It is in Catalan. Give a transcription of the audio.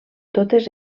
totes